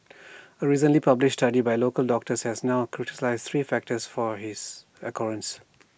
A recently published study by local doctors has now crystallised three factors for his occurrence